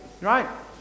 right